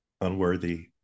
unworthy